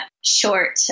short